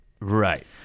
Right